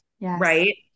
right